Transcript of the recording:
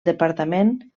departament